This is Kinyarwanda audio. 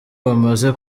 bamaze